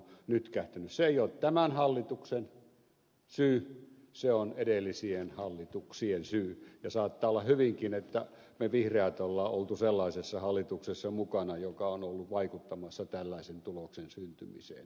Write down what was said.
se ei ole tämän hallituksen syy se on edellisten hallitusten syy ja saattaa olla hyvinkin että me vihreät olemme olleet sellaisessa hallituksessa mukana joka on ollut vaikuttamassa tällaisen tuloksen syntymiseen